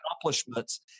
accomplishments